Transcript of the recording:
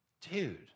Dude